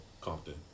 Compton